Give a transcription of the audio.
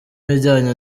ibijyanye